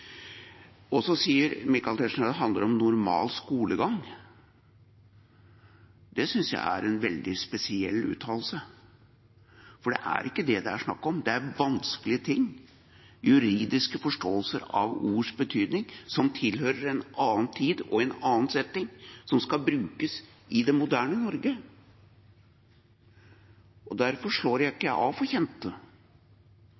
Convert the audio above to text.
Så sier Michael Tetzschner at det handler om normal skolegang. Det synes jeg er en veldig spesiell uttalelse. For det er ikke det det er snakk om, det er vanskelige ting, juridiske forståelser av ords betydning, som tilhører en annen tid og en annen setting, som skal brukes i det moderne Norge. Derfor slår jeg